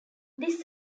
this